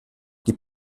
die